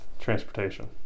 transportation